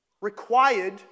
required